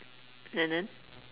and then